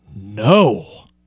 No